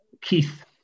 Keith